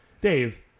Dave